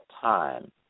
time